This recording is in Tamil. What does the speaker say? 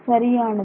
சரியானது